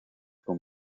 con